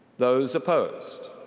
those opposed?